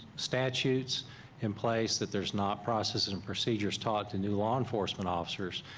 statutes in place, that there's not processes and procedures taught to new law enforcement officers,